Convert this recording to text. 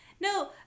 No